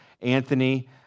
Anthony